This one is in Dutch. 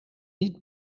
niet